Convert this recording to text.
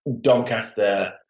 doncaster